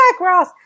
Ross